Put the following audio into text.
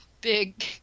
big